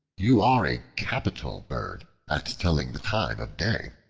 you are a capital bird at telling the time of day.